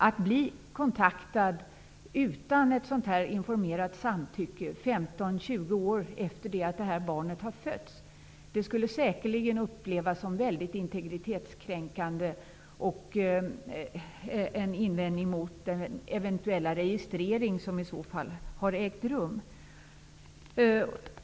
Att 15--20 år efter att barnet har fötts bli kontaktad utan ett informerat samtycke skulle säkerligen upplevas som väldigt integritetskränkande, vilket skulle kunna bli en invändning mot den eventuella registrering som i så fall har ägt rum.